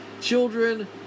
children